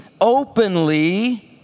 openly